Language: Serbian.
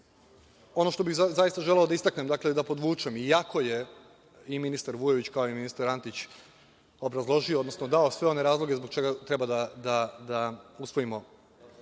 ono što bih zaista želeo da istaknem i da podvučem, iako je i ministar Vujović, kao i ministar Antić, obrazložio, odnosno dao sve one razloge zbog čega treba da usvojimo